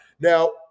Now